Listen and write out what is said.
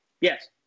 Yes